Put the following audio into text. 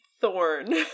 Thorn